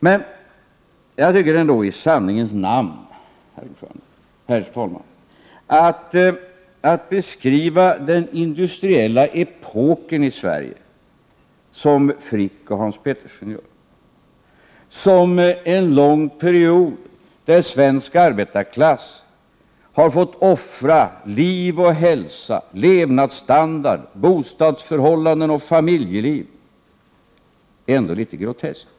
Men jag tycker ändå i sanningens namn, herr talman, att sättet att beskriva den industriella epoken i Sverige — som Carl Frick och Hans Petersson gör — som en lång period under vilken svensk arbetarklass har fått offra liv och hälsa, levnadsstandard, bostadsförhållanden och familjeliv är litet groteskt.